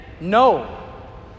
no